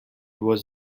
was